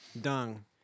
Dung